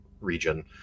region